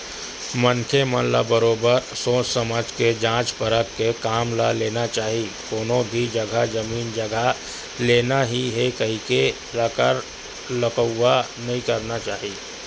मनखे मन ल बरोबर सोझ समझ के जाँच परख के काम ल लेना चाही कोनो भी जघा जमीन जघा लेना ही हे कहिके लकर लउहा नइ करना चाही